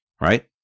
right